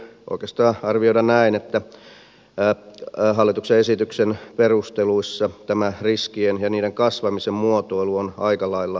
voi oikeastaan arvioida näin että hallituksen esityksen perusteluissa tämä riskien ja niiden kasvamisen muotoilu on aika lailla varovainen